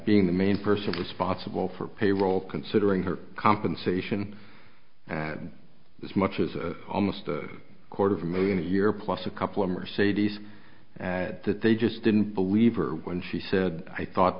being the main person responsible for payroll considering her compensation and this much is a almost a quarter of a million a year plus a couple of mercedes that they just didn't believe her when she said i thought